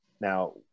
Now